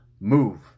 Move